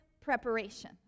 preparation